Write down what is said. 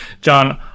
John